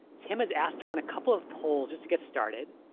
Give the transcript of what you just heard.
tim has asked to run a couple of polls just to get started.